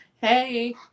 hey